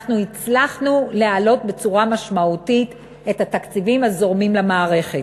אנחנו הצלחנו להעלות בצורה משמעותית את התקציבים הזורמים למערכת.